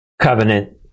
covenant